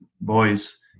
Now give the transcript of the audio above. boys